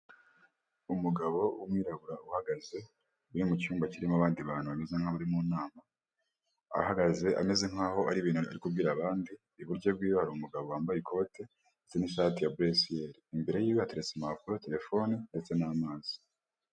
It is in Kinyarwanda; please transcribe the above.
Umugabo w'umwirabura uhagaze uri mu cyumba kirimo abandi bantu bameze nk'abari mu nama ahagaze ameze nkaho hari ibintu ari kubwira abandi, iburyo bwiwe hari umugabo wambaye ikote ndetse n'ishati ya buresiyeri, imbere yiwe hateretse impapuro, telefone ndetse n'amazi.